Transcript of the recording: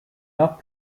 not